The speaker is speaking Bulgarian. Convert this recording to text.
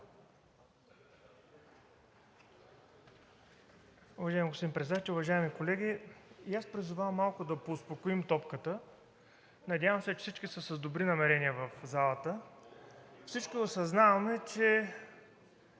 Уважаеми господин Председател! Уважаеми колеги, и аз призовавам малко да успокоим топката. Надявам се, че всички в залата са с добри намерения. Всички осъзнаваме, че